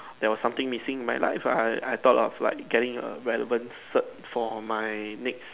there was something missing in my life lah I I thought of like getting a relevant cert for my next